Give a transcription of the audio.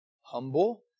Humble